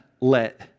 let